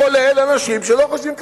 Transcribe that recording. כולל אנשים שלא חושבים כמוכם.